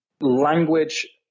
language